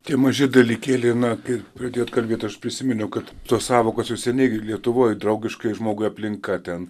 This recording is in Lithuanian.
tie maži dalykėliai na kai pradėjot kalbėt aš prisiminiau kad tos sąvokos jau seniai lietuvoj draugiška žmogui aplinka ten